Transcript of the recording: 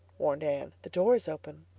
warned anne. the door is open.